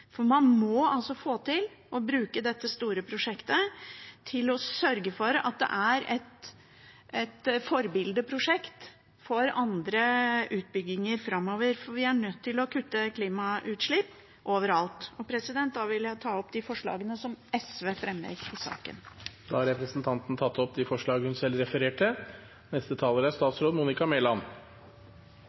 Man må altså få til å bruke dette store prosjektet til å sørge for at det er et forbildeprosjekt for andre utbygginger framover, for vi er nødt til å kutte klimautslipp overalt. Da vil jeg ta opp de forslagene som SV fremmer i saken. Representanten Karin Andersen har tatt opp de forslagene hun refererte til. Gjenoppbyggingen av regjeringskvartalet etter terroranslaget 22. juli 2011 er